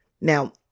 Now